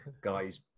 guy's